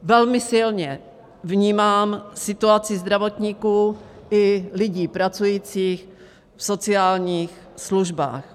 Velmi silně vnímám situaci zdravotníků i lidí pracujících v sociálních službách.